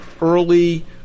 early